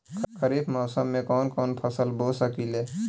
खरिफ मौसम में कवन कवन फसल बो सकि ले?